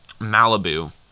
Malibu